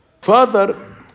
Father